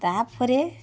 ତାପରେ